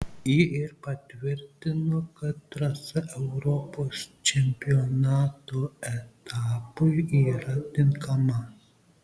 ji ir patvirtino kad trasa europos čempionato etapui yra tinkama